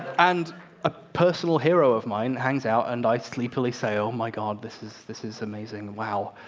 and a personal hero of mine hangs out and i sleepily say, oh my god, this is this is amazing, wow.